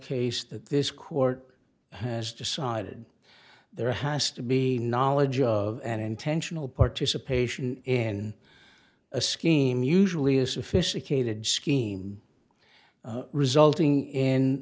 that this court has decided there has to be knowledge of an intentional participation in a scheme usually a sophisticated scheme resulting in